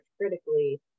critically